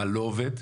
מה לא עובד,